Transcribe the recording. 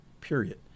period